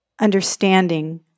understanding